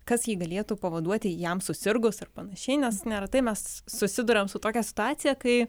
kas jį galėtų pavaduoti jam susirgus ar panašiai nes neretai mes susiduriame su tokia situacija kai